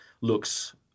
looks